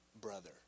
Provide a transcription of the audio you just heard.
Brother